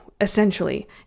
essentially